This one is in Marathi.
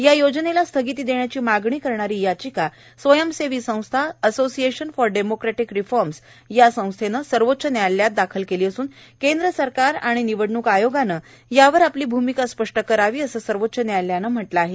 या योजनेला स्थगिती देण्याची मागणी करणारी याचिका स्वयंसेवी संस्था एसोसिएशन फॉर डेमोक्रेटिक रिफॉर्म्स या स्वयंसेवी संस्थेनं सर्वोच्च न्यायालयात दाखल केली असून केंद्र सरकार आणि निवडणूक आयोगानं यावर आपली भूमिका स्पष्ट करावी असं सर्वोच्च न्यायालयानं म्हटलं आहे